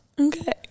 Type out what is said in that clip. Okay